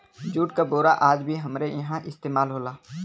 jute क बोरा आज भी हमरे इहां इस्तेमाल होला